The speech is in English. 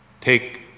take